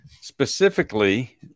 specifically